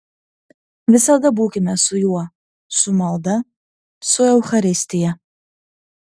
visada būkime su juo su malda su eucharistija